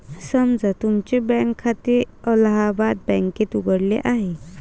समजा तुमचे बँक खाते अलाहाबाद बँकेत उघडले आहे